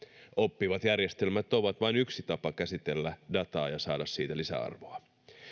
oppivat järjestelmät ovat vain yksi tapa käsitellä dataa ja saada siitä lisäarvoa